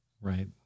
Right